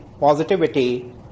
positivity